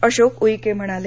अशोक उईके म्हणाले